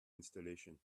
installation